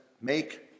make